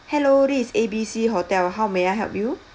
hello this is A B C hotel how may I help you